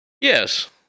Yes